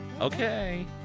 Okay